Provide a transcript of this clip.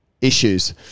issues